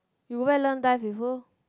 you go back learn dive from who